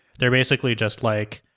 they're basically just like,